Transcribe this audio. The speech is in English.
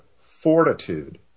fortitude